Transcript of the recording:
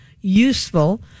useful